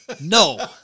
no